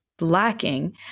lacking